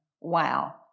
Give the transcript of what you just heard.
Wow